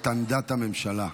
להציג עמדת הממשלה.